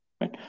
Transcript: right